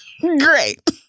Great